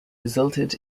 resulted